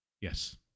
Yes